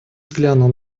взглянул